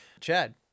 Chad